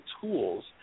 tools